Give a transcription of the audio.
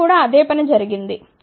ఇక్కడ కూడా అదే పని జరిగింది